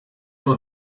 will